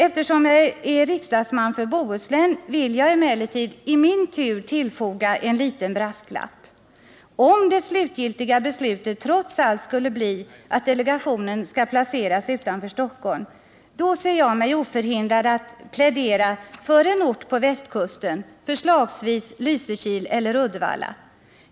Eftersom jag är riksdagsman för Bohuslän vill jag emellertid i min tur bifoga en liten brasklapp: Om det slutgiltiga beslutet trots allt skulle bli, att delegationen skall placeras utanför Stockholm, då ser jag mig oförhindrad att plädera för en ort på västkusten, förslagsvis Lysekil eller Uddevalla.